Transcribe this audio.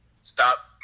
stop